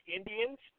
Indians